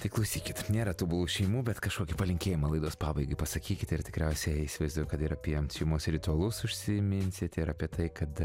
tai klausykit nėra tobulų šeimų bet kažkokį palinkėjimą laidos pabaigai pasakykite ir tikriausiai įsivaizduoju kad ir apie šeimos ritualus užsiminsite ir apie tai kad